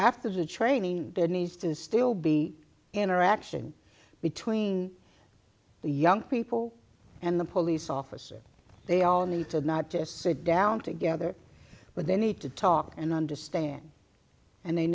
after the training there needs to still be interaction between the young people and the police officer they all need to not just sit down together but they need to talk and understand and they